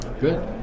Good